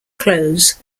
close